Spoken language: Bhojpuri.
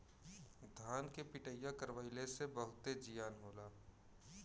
धान के पिटईया करवइले से बहुते जियान होला